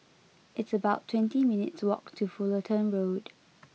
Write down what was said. it's about twenty minutes' walk to Fullerton Road